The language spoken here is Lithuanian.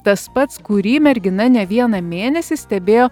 tas pats kurį mergina ne vieną mėnesį stebėjo